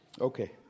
Okay